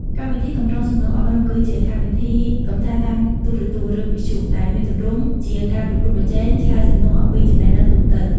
កម្មវិធីកម្រងសំណួរអប់រំ គឺជាកម្មវិធីកម្សាន្តតាមទូរទស្សន៍ ឬវិទ្យុ ដែលមានទម្រង់ជាការប្រកួតប្រជែងឆ្លើយសំណួរអំពីចំណេះដឹងទូទៅ។